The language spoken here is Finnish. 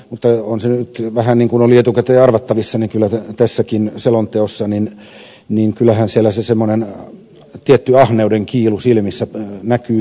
mutta kyllähän niin kuin oli etukäteen arvattavissa tässäkin selonteossa vähän semmoinen tietty ahneuden kiilu silmissä näkyy taustalla